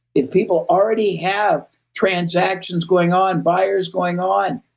if people already have transactions going on, buyers going on,